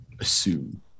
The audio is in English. assume